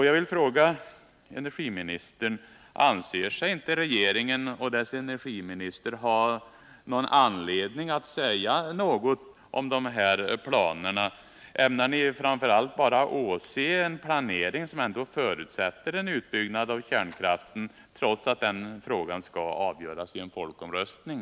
Jag vill fråga energiministern: Anser inte regeringen och dess energiminister att ni har anledning att säga något om dessa planer? Ämnar ni bara åse en planering som förutsätter en utbyggnad av kärnkraften trots att den frågan skall avgöras i en folkomröstning?